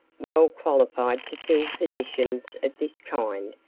well qualified to fill positions of this kind,